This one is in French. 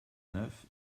neuf